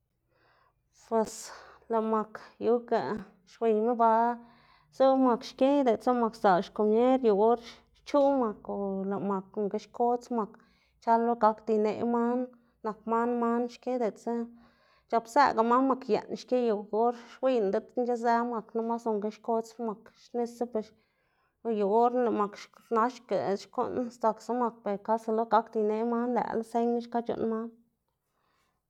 Pues lëꞌ mak yuka xwiyma ba zu mak xki diꞌltsa lëꞌ mak sdzaꞌl xkomier yu or xchuꞌ mak o nonga xkodz mak xchal lo gakda ineꞌ man, nak man man xki diꞌltsa c̲h̲apzëꞌga man mak yeꞌn xki yu or xwiyná diꞌt nc̲h̲ëzë mak namas nonga xkodz mak xnisa ber o yu or na lëꞌ mak naxga xkuꞌn sdzaksa mak ber lo kasa gakda ineꞌ man lëꞌla sënga xka c̲h̲uꞌnn man.